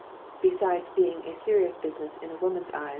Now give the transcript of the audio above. besides being a serious business in a woman's eyes,